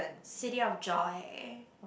City of Joy